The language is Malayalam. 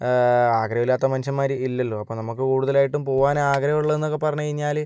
ആഗ്രഹവില്ലാത്ത മനുഷ്യന്മാര് ഇല്ലല്ലോ അപ്പോൾ നമുക്ക് കൂടുതലായിട്ടും പോവാൻ ആഗ്രഹം ഉള്ളതെന്നൊക്കെ പറഞ്ഞ് കഴിഞ്ഞാല്